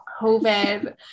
COVID